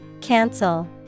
Cancel